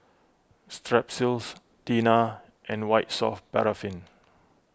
Strepsils Tena and White Soft Paraffin